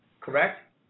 correct